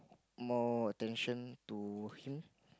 more attention to him